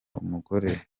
umugore